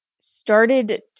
started